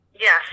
Yes